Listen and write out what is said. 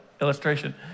illustration